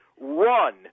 run